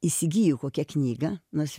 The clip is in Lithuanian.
įsigiju kokią knygą nors